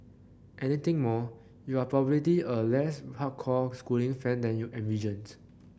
anything more you are probably a less hardcore schooling fan than you envisioned